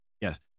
Yes